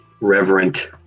reverent